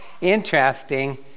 Interesting